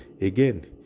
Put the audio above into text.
again